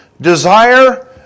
desire